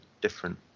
different